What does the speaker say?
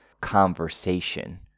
conversation